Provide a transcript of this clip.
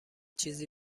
چیزی